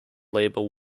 labour